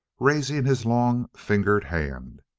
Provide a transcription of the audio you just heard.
raising his long-fingered hand,